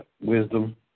wisdom